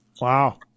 wow